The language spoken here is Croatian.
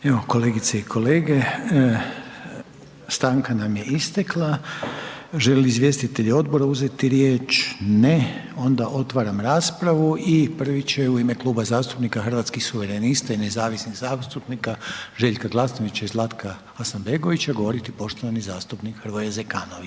Evo, kolegice i kolege, stanka nam je istekla. Žele li izvjestitelji odbora uzeti riječ? Ne. Onda otvaram raspravu i prvi će u ime Kluba zastupnika Hrvatskih suverenista i nezavisnih zastupnika Željka Glasnovića i Zlatka Hasanbegovića govoriti poštovani zastupnik Hrvoje Zekanović.